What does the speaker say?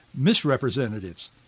misrepresentatives